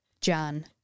Jan